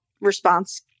response